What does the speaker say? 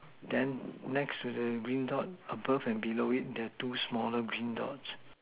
then next to the green dot above and below it there are two smaller green dots